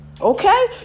Okay